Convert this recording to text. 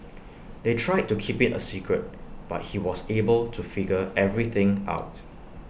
they tried to keep IT A secret but he was able to figure everything out